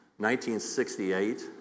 1968